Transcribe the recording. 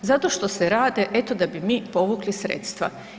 Zato što se rade eto da bi mi povukli sredstva.